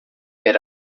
per